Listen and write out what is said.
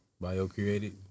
Bio-created